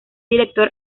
director